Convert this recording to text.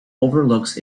overlooks